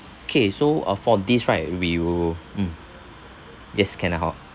okay so uh for this right we will mm yes can lah hor